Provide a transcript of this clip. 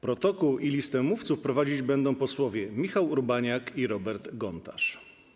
Protokół i listę mówców prowadzić będą posłowie Michał Urbaniak i Robert Gontarz.